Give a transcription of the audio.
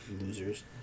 losers